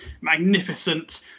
magnificent